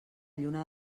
lluna